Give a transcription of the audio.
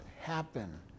happen